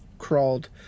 crawled